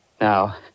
Now